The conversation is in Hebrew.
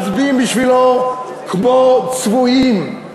מצביעים בשבילו כמו צבועים,